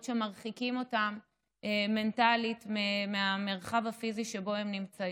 שמרחיקות אותם מנטלית מהמרחב הפיזי שבו הם נמצאים.